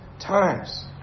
times